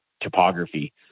topography